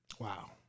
Wow